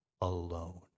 alone